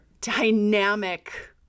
dynamic